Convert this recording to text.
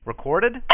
Recorded